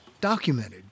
documented